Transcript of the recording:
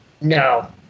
No